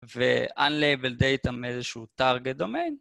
ו-unlabeled data מאיזשהו target domain